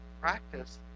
practice